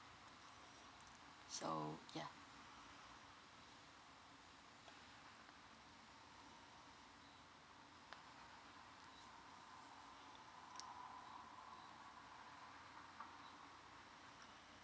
so yeah